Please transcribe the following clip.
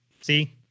see